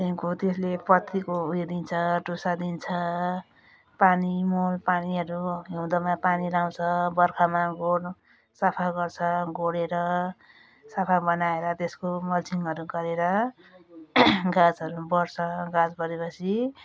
त्यहाँको त्यसले पत्रीको उयो दिन्छ टुसा दिन्छ पानी मल पानीहरू हिउँदमा पानी लगाउँछ बर्खामा गोड अब सफा गर्छ गोडेर सफा बनाएर त्यसको मल्चिङहरू गरेर गाछहरू बढ्छ गाछ बढे पछि